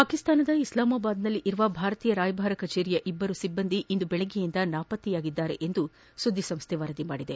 ಪಾಕಿಸ್ತಾನದ ಇಸ್ಲಾಮಾಬಾದ್ನಲ್ಲಿರುವ ಭಾರತೀಯ ರಾಯಭಾರ ಕಚೇರಿಯ ಇಬ್ಬರು ಸಿಬ್ಬಂದಿ ನಾಪತ್ತೆಯಾಗಿದ್ದಾರೆಂದು ಸುದ್ದಿ ಸಂಸ್ತೆ ವರದಿ ಮಾಡಿದೆ